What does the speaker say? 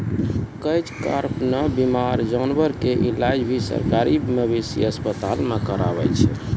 catch कार्प नॅ बीमार जानवर के इलाज भी सरकारी मवेशी अस्पताल मॅ करावै छै